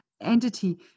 entity